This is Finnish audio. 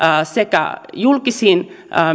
julkisiin